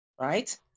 right